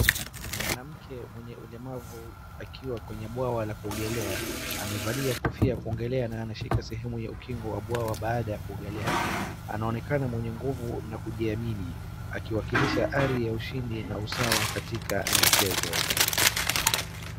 Mwanamke mwenye ulemavu akiwa kwenye mbawa la kuogelea. Amevalia kofia ya kuogelea na aanshika sehemu ya ukingo wa mbwawa baada ya kuogelea. Anaonekana mwenye nguvu na mwenye kujiamini akiwakilisha ari ya ushindi na usawa katika michezo.